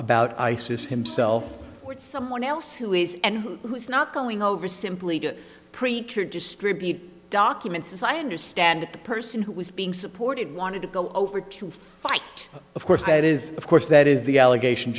about isis himself what someone else who is and who is not going over simply to preach or distribute documents as i understand the person who was being supported wanted to go over to fight of course that is of course that is the allegation